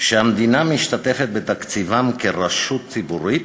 שהמדינה משתתפת בתקציבם כרשות ציבורית,